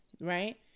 right